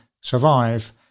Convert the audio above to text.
survive